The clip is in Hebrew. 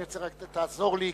תעזור לי,